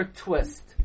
twist